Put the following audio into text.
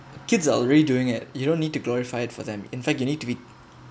kids are already doing it you don't need to glorify it for them in fact you need to be